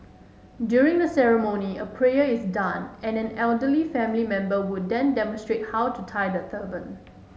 during the ceremony a prayer is done and an elderly family member would then demonstrate how to tie the turban